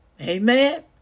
Amen